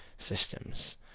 systems